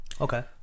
Okay